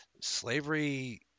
Slavery